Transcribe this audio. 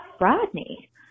Rodney